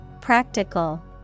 Practical